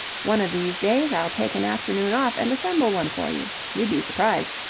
one of these days i'll take an afternoon off and assemble one for you. you'd be surprised!